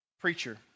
preacher